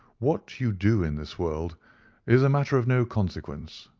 what you do in this world is a matter of no consequence,